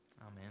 Amen